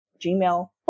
Gmail